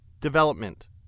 Development